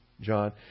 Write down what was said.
John